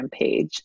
page